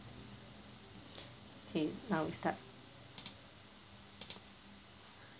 okay now we start